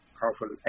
powerful